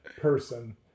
person